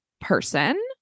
person